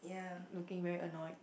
looking very annoyed